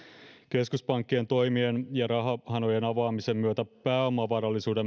keskuspankkien toimien ja rahahanojen avaamisen myötä pääomavarallisuuden